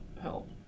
help